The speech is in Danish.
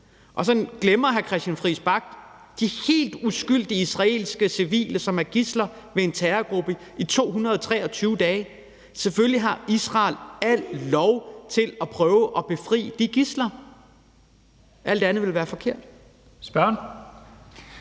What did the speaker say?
Og så glemmer hr. Christian Friis Bach de helt uskyldige civile israelere, som har været gidsler hos en terrorgruppe i 223 dage. Selvfølgelig har Israel al lov til at prøve at befri de gidsler. Alt andet ville være forkert. Kl.